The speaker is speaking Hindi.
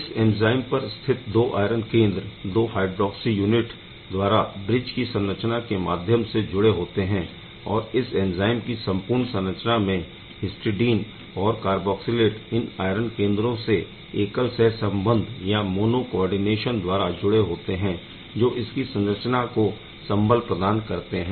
इस एंज़ाइम पर स्थित दो आयरन केंद्र दो हायड्रोक्सी यूनिट द्वारा ब्रिज की संरचना के माध्यम से जुड़े होते है और इस एंज़ाइम की संपूर्ण संरचना में हिस्टडीन और कर्बोक्सीलेट इन आयरन केंद्रों से एकल सह संबंध या मोनो कोऑर्डीनेशन द्वारा जुड़े होते हैजो इसकी संरचना को संबल प्रदान करते है